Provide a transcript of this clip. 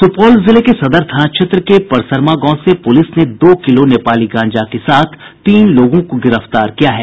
सुपौल जिले के सदर थाना क्षेत्र के परसरमा गांव से पुलिस ने दो किलो नेपाली गांजा के साथ तीन लोगों को गिरफ्तार किया है